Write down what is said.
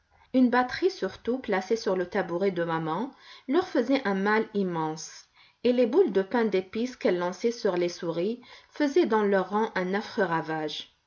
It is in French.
une batterie surtout placée sur le tabouret de maman leur faisait un mal immense et les boules de pain d'épice qu'elle lançait sur les souris faisaient dans leurs rangs un affreux ravage